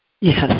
Yes